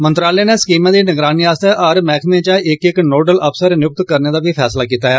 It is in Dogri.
मंत्रालय नै स्कीम दी निगरानी आसतै हर महकमे इचा इक इक नोडल अफसर नियुक्त करने दा बी फैसला कीता ऐ